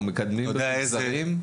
מדהים.